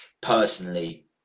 personally